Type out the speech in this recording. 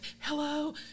hello